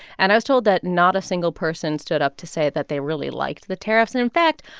and i was told that not a single person stood up to say that they really liked the tariffs. and in fact,